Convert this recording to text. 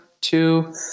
two